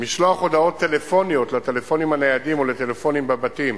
משלוח הודעות טלפוניות לטלפונים הניידים ולטלפונים בבתים